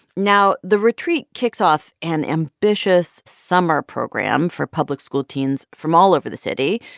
now, the retreat kicks off an ambitious summer program for public school teens from all over the city,